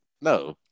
no